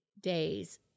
days